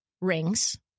rings